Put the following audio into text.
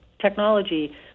technology